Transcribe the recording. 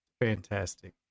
fantastic